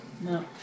No